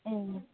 ए